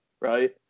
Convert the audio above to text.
right